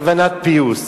כוונת פיוס.